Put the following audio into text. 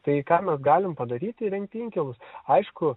tai ką mes galim padaryti įrengti inkilus aišku